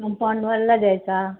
compound वॉलला द्यायचा